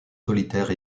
solitaire